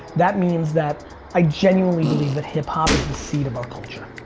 that means that i genuinely believe that hip-hop is the seed of our culture.